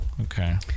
Okay